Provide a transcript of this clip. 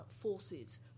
forces